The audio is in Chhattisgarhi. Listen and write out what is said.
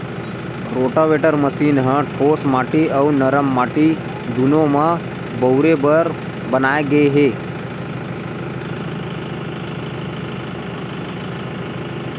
रोटावेटर मसीन ह ठोस माटी अउ नरम माटी दूनो म बउरे बर बनाए गे हे